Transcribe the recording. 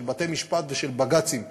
של בתי-משפט ושל בג"צים שהוגשו,